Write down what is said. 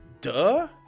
duh